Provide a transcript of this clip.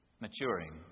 maturing